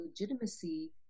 legitimacy